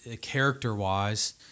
character-wise